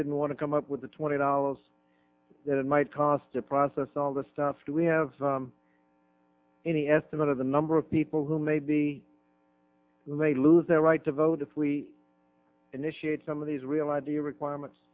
didn't want to come up with the twenty dollars that it might cost to process all the stuff that we have any estimate of the number of people who may be delayed lose their right to vote if we initiate some of these real id requirements